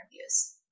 interviews